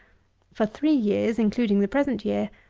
for three years, including the present year,